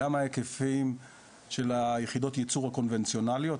גם ההיקפים של יחידות הייצור הקונבנציונאליות,